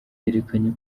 yerekanye